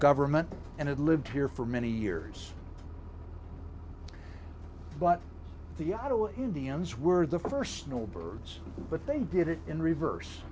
government and had lived here for many years but the ottawa indians were the first snow birds but they did it in reverse